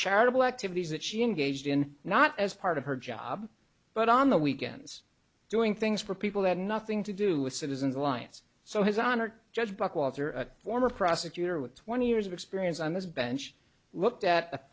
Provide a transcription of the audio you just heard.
charitable activities that she engaged in not as part of her job but on the weekends doing things for people who had nothing to do with citizens alliance so his honor judge blackwater a former prosecutor with twenty years of experience on this bench looked at